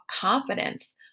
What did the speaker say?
confidence